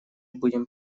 будем